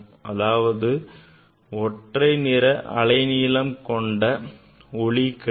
அதாவது ஒற்றை அலைநீளம் கொண்ட ஒளி கிடைக்கும்